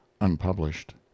unpublished